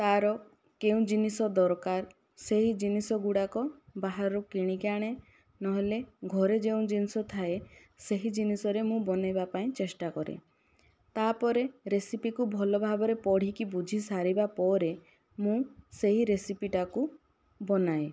ତା'ର କେଉଁ ଜିନିଷ ଦରକାର ସେହି ଜିନିଷ ଗୁଡ଼ାକ ବାହାରୁ କିଣିକି ଆଣେ ନହେଲେ ଘରେ ଯେଉଁ ଜିନିଷ ଥାଏ ସେହି ଜିନିଷରେ ମୁଁ ବନେଇବା ପାଇଁ ଚେଷ୍ଟା କରେ ତା'ପରେ ରେସିପିକୁ ଭଲ ଭାବରେ ପଢ଼ିକି ବୁଝି ସାରିବା ପରେ ମୁଁ ସେହି ରେସିପିଟାକୁ ବନାଏ